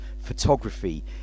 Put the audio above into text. photography